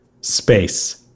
space